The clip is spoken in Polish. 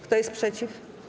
Kto jest przeciw?